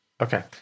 Okay